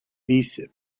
these